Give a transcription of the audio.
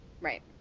Right